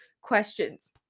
questions